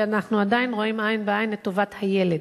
כי אנחנו עדיין רואים עין בעין את טובת הילד.